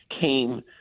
came